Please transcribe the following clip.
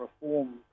reform